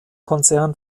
konzern